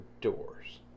doors